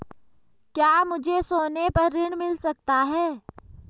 क्या मुझे सोने पर ऋण मिल सकता है?